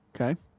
Okay